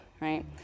right